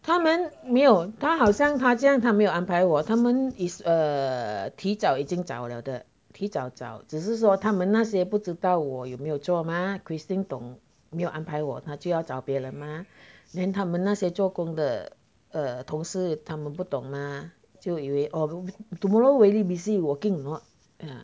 他们没有他好像他这样她没有安排我他们 is err 提早已经找了的提早找只是说他们那些不知道我有没有做吗 christine 懂没有安排我他就要找别人吗 then 他们那些做工的哦同事他们不懂吗就以为 tomorrow really busy working or not